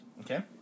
Okay